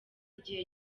igihe